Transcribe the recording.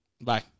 Bye